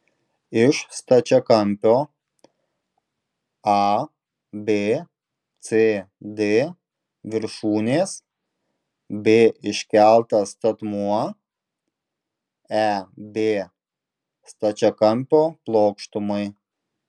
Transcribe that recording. iš stačiakampio abcd viršūnės b iškeltas statmuo eb stačiakampio plokštumai